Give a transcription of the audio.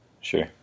Sure